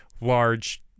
large